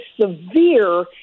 severe